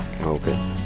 okay